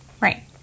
Right